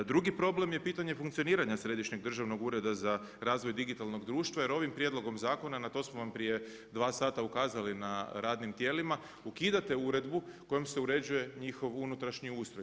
Drugi problem je pitanje funkcioniranja Središnjeg državnog ureda za razvoj digitalnog društva jer ovim prijedlogom zakona na to smo vam prije dva sata ukazali na radnim tijelima, ukidate uredbu kojom se uređuje njihov unutrašnji ustroj.